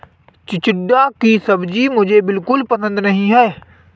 चिचिण्डा की सब्जी मुझे बिल्कुल पसंद नहीं है